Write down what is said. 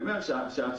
אדוני.